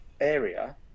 area